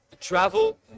travel